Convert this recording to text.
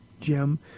Jim